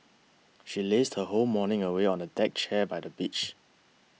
she lazed her whole morning away on a deck chair by the beach